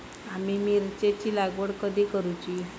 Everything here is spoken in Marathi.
आम्ही मिरचेंची लागवड कधी करूची?